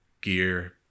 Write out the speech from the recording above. gear